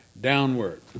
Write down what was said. downward